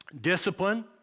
discipline